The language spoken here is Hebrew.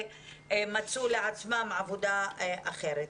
ומצאו לעצמם עבודה אחרת.